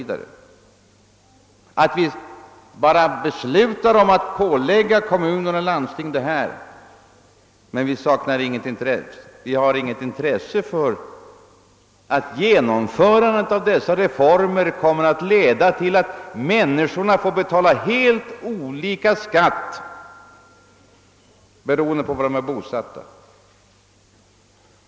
Detta innebär att kommuner och landsting påläggs ökade utgifter, men man finner inget intresse för det förhållandet, att genomförandet av dessa reformer också medför helt olika skattebördor för människorna beroende på var de är bosatta.